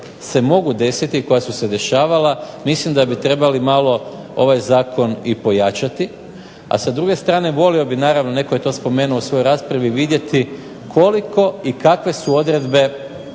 se mogu desiti i koja su se dešavala mislim da bi trebali malo ovaj zakon i pojačati, a sa druge strane volio bih naravno, netko je to spomenuo u svojoj raspravi, vidjeti koliko i kakve su odredbe